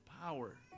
power